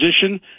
position